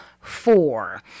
four